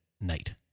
night